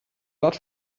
lot